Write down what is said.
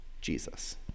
Jesus